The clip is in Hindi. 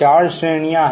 4 श्रेणियां हैं